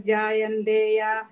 Jayandeya